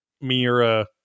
mira